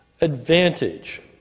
advantage